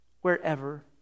wherever